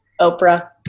oprah